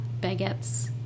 baguettes